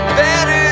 better